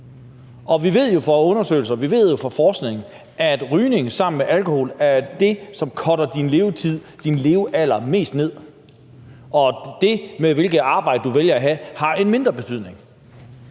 Og vi ved jo fra undersøgelser og fra forskning, at rygning sammen med alkohol er det, som cutter din levetid og din levealder mest ned. Og det med hvilket arbejde, du vælger at have, har en mindre betydning.